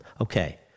Okay